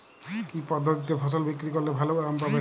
কি পদ্ধতিতে ফসল বিক্রি করলে ভালো দাম পাব?